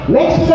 Next